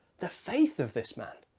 the faith of this man.